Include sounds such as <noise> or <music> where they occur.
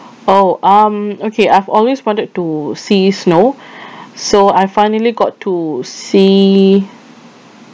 oh um okay I've always wanted to see snow <breath> so I finally got to see